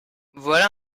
voilà